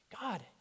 God